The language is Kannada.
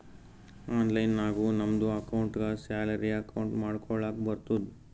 ಆನ್ಲೈನ್ ನಾಗು ನಮ್ದು ಅಕೌಂಟ್ಗ ಸ್ಯಾಲರಿ ಅಕೌಂಟ್ ಮಾಡ್ಕೊಳಕ್ ಬರ್ತುದ್